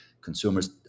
Consumers